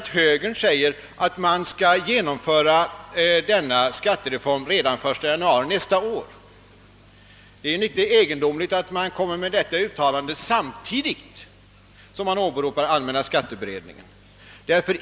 Jo, högern anser att denna skattereform skall genomföras redan den 1 januari nästa år. Det är mycket egendomligt att högern gör detta uttalande samtidigt som partiet åberopar allmänna skatteberedningen.